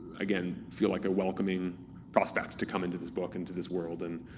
again, feel like a welcoming prospect to come into this book, into this world. and